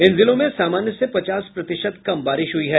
इन जिलों में सामान्य से पचास प्रतिशत कम बारिश हुई है